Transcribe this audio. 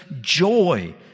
joy